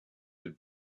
had